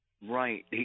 Right